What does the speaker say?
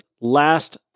last